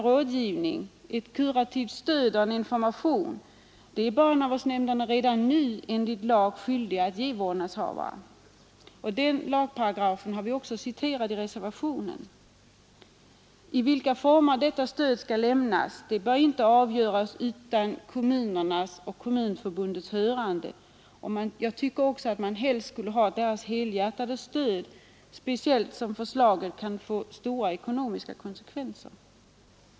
Rådgivning, kurativt stöd och information är barnavårdsnämnderna redan nu enligt lag skyldiga att ge vårdnadshavare. Den lagparagrafen har jag också hänvisat till i reservationen. I vilka former detta stöd skall lämnas bör inte avgöras utan kommunernas och Kommunförbundets hörande. Helst borde man också ha deras helhjärtade stöd, speciellt som förslaget kan få omfattande ekonomiska konsekvenser.